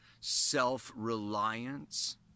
self-reliance